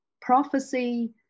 prophecy